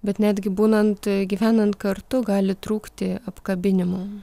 bet netgi būnant gyvenant kartu gali trūkti apkabinimo